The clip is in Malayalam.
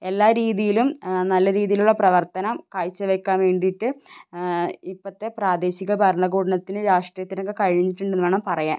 എല്ലാ രീതിയിലും നല്ല രീതിയിലുള്ള പ്രവർത്തനം കാഴ്ച വയ്ക്കാൻ വേണ്ടിയിട്ട് ഇപ്പോഴത്തെ പ്രാദേശിക ഭരണകൂടണത്തിന് രാഷ്ട്രീയത്തിന് ഒക്കെ കഴിഞ്ഞിട്ടുണ്ടെന്ന് വേണം പറയാൻ